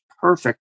perfect